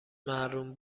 محروم